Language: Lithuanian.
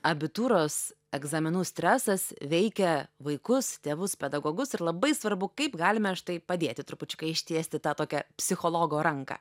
abitūros egzaminų stresas veikia vaikus tėvus pedagogus ir labai svarbu kaip galime štai padėti trupučiuką ištiesti tą tokią psichologo ranką